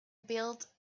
built